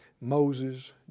Moses